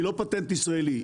היא לא פטנט ישראלי,